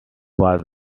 was